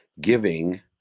giving